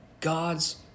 God's